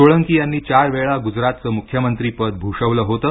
सोळकी यांनी चार वेळा गुजरातचं मुख्यमंत्रीपद भूषवलं होतं